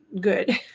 good